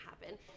happen